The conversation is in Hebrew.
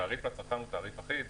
התעריף לצרכן הוא תעריף אחיד,